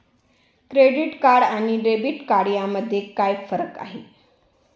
Credit card आणि debit card यामध्ये काय फरक आहे?